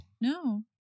No